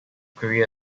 korea